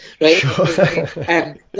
right